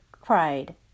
cried